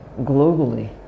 globally